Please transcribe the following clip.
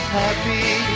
happy